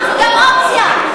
יש לו עוד אופציה,